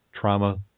trauma